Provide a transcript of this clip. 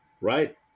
right